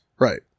Right